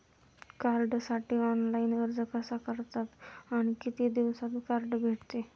कार्डसाठी ऑनलाइन अर्ज कसा करतात आणि किती दिवसांत कार्ड भेटते?